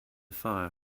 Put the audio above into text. fire